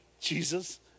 Jesus